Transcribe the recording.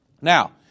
Now